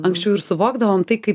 anksčiau ir suvokdavom tai kaip